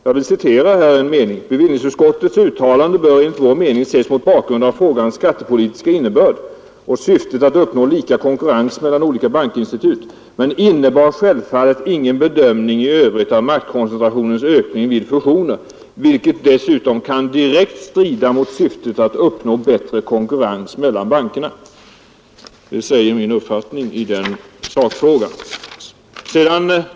Jag vill citera en mening ur motionen: ”Bevillningsutskottets uttalande bör enligt vår mening ses mot bakgrund av frågans skattepolitiska innebörd och syftet att uppnå lika konkurrens mellan olika bankinstitut, men innebar självfallet ingen bedömning i övrigt av maktkoncentrationens ökning vid fusioner, vilket dessutom kan direkt strida mot syftet att uppnå bättre konkurrens mellan bankerna.” Detta är uttryck för min uppfattning i sakfrågan.